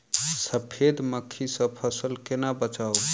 सफेद मक्खी सँ फसल केना बचाऊ?